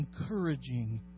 encouraging